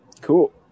Cool